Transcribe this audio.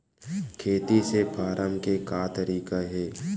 खेती से फारम के का तरीका हे?